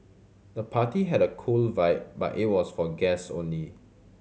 the party had a cool vibe but it was for guest only